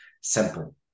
simple